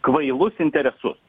kvailus interesus